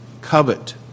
covet